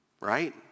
right